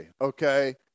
Okay